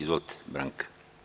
Izvolite, Branka.